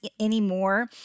anymore